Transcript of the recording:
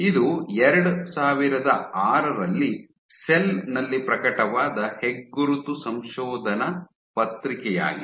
ಇದು 2006 ರಲ್ಲಿ ಸೆಲ್ ನಲ್ಲಿ ಪ್ರಕಟವಾದ ಹೆಗ್ಗುರುತು ಸಂಶೋಧನಾ ಪತ್ರಿಕೆಯಾಗಿದೆ